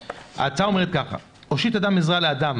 ההצעה אומרת כך: הושיט אדם עזרה לאדם